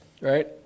right